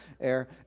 air